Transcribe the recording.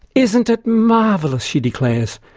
isn't it marvellous! she declares.